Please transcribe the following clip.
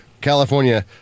California